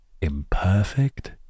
imperfect